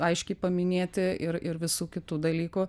aiškiai paminėti ir ir visų kitų dalykų